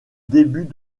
début